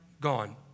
gone